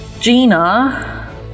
Gina